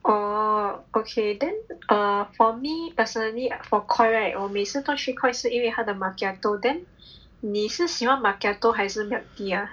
oh okay then err for me personally for Koi right 我每次都去 Koi 是因为它的 macchiato then 你是喜欢 macchiato 还是 milk tea ah